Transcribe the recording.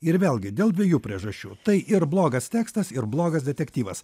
ir vėlgi dėl dviejų priežasčių tai ir blogas tekstas ir blogas detektyvas